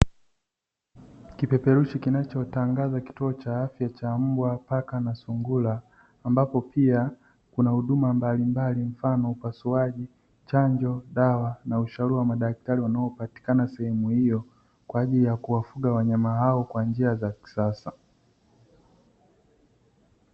Kipeperushi kinachotangaza kituo cha afya cha mbwa, paka na sungura, ambapo pia kuna huduma mbalimbali mfano upasuaji, chanjo, dawa na ushauri wa madaktari wanaopatikana sehemu hiyo kwa ajili ya kuwafuga wanyama hao kwa njia za kisasa.